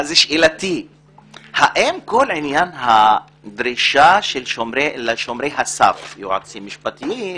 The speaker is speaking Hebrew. האם כל עניין הדרישה לשומרי הסף יועצים משפטיים,